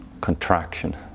contraction